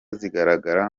zigaragara